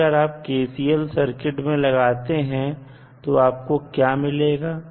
अब अगर आप KCL सर्किट में लगाते हैं तो आपको क्या मिलेगा